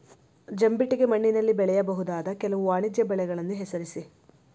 ಜಂಬಿಟ್ಟಿಗೆ ಮಣ್ಣಿನಲ್ಲಿ ಬೆಳೆಯಬಹುದಾದ ಕೆಲವು ವಾಣಿಜ್ಯ ಬೆಳೆಗಳನ್ನು ಹೆಸರಿಸಿ?